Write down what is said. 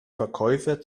verkäufer